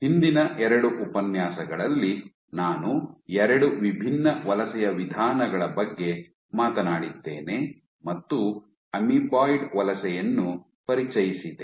ಹಿಂದಿನ ಎರಡು ಉಪನ್ಯಾಸಗಳಲ್ಲಿ ನಾನು ಎರಡು ವಿಭಿನ್ನ ವಲಸೆಯ ವಿಧಾನಗಳ ಬಗ್ಗೆ ಮಾತನಾಡಿದ್ದೇನೆ ಮತ್ತು ಅಮೀಬಾಯ್ಡ್ ವಲಸೆಯನ್ನು ಪರಿಚಯಿಸಿದೆ